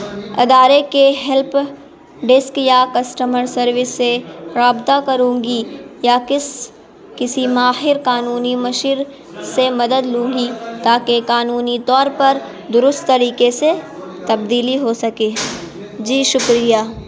ادارے کے help desk یا کسٹمر سروس سے رابطہ کروں گی یا کس کسی ماہر قانونی مشیر سے مدد لوں گی تاکہ قانونی طور پر درست طریقے سے تبدیلی ہو سکے جی شکریہ